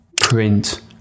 print